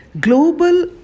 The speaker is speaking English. global